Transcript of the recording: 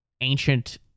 ancient